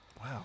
Wow